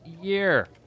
year